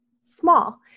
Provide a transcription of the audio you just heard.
small